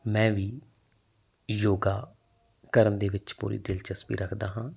ਮੈਂ ਵੀ ਯੋਗਾ ਕਰਨ ਦੇ ਵਿੱਚ ਪੂਰੀ ਦਿਲਚਸਪੀ ਰੱਖਦਾ ਹਾਂ